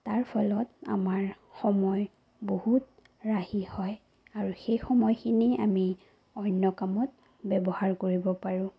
তাৰ ফলত আমাৰ সময় বহুত ৰাহি হয় আৰু সেই সময়খিনি আমি অন্য কামত ব্যৱহাৰ কৰিব পাৰোঁ